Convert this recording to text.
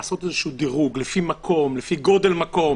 לעשות דירוג לפי גודל מקום,